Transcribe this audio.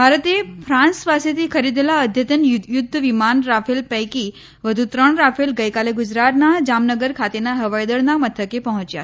ભારતે ફ્રાંસ પાસેથી ખરીદેલા અદ્યતન યુધ્ધવિમાન રાફેલ પૈકી વધુ ત્રણ રાફેલ ગઈકાલે ગુજરાતના જામનગર ખાતેના હવાઈદળના મથકે પહોંચ્યા છે